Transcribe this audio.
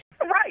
Right